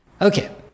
Okay